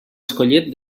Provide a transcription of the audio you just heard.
escollit